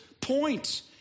point